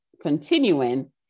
continuing